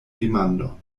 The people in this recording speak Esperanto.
demandon